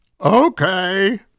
okay